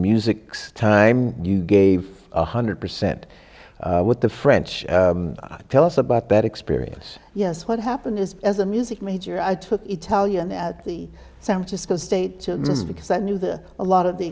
music time you gave one hundred percent with the french tell us about that experience yes what happened is as a music major i took italian at the santa school state just because i knew the a lot of the